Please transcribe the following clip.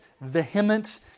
vehement